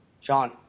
Sean